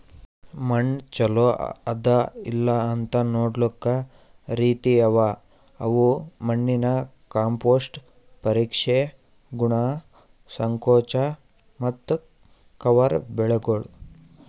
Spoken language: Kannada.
ಮಣ್ಣ ಚಲೋ ಅದಾ ಇಲ್ಲಾಅಂತ್ ನೊಡ್ಲುಕ್ ರೀತಿ ಅವಾ ಅವು ಮಣ್ಣಿನ ಕಾಂಪೋಸ್ಟ್, ಪರೀಕ್ಷೆ, ಗುಣ, ಸಂಕೋಚ ಮತ್ತ ಕವರ್ ಬೆಳಿಗೊಳ್